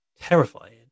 terrifying